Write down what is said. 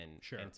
sure